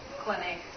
clinic